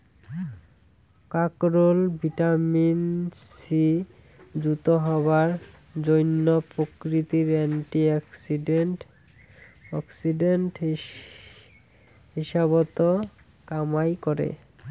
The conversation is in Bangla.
কাকরোল ভিটামিন সি যুত হবার জইন্যে প্রাকৃতিক অ্যান্টি অক্সিডেন্ট হিসাবত কামাই করে